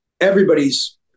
everybody's